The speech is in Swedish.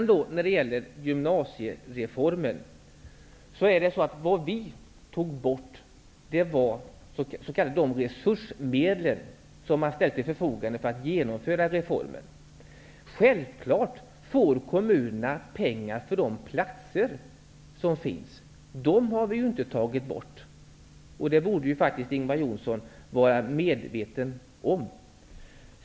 Vidare har vi frågan om gymnasiereformen. Vi tog bort de resursmedel som ställts till förfogande för att genomföra reformen. Självfallet får kommunerna pengar för de platser som finns. De pengarna har vi inte tagit bort. Det borde faktiskt Ingvar Johnsson vara medveten om.